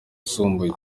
yisumbuye